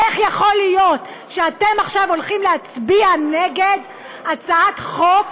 איך יכול להיות שאתם עכשיו הולכים להצביע נגד הצעת חוק,